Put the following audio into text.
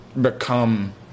become